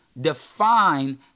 define